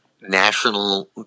national